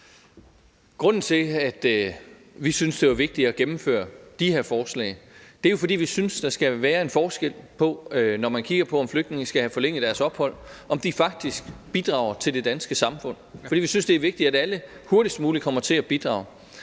Grunden til, at det var vigtigt at gennemføre de her forslag, var, at vi synes, at der skal være en forskel på det, når man kigger på, om flygtninge skal have forlænget deres ophold, om de faktisk bidrager eller ikke bidrager til det danske samfund, fordi vi synes, det er vigtigt, at alle hurtigst muligt kommer til at bidrage.